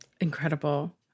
Incredible